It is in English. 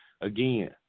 again